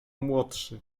młodszy